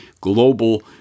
global